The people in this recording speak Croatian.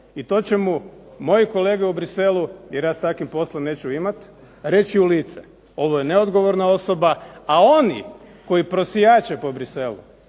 I to će mu moji kolege u Bruxellesu jer ja s takvim poslom neću imati, reći u lice. Ovo je neodgovorna osoba, a oni koji prosjače po Bruxellesu